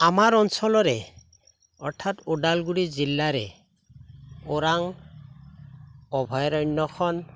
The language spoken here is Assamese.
আমাৰ অঞ্চলৰে অৰ্থাৎ ওদালগুৰি জিলাৰে ওৰাং অভয়াৰণ্যখন